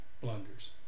blunders